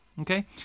Okay